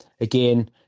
Again